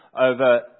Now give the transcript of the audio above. over